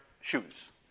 shoes